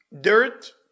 dirt